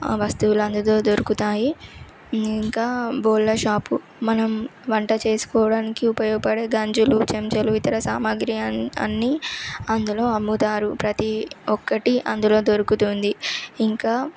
వస్తువులు అందులో దొరుకుతాయి ఇంకా బోల్డర్ షాపు మనం వంట చేసుకోవడానికి ఉపయోగపడే గంజులు చెంచాలు ఇతర సామాగ్రి అన్నీ అందులో అమ్ముతారు ప్రతీ ఒక్కటి అందులో దొరుకుతుంది ఇంకా